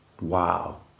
Wow